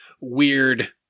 weird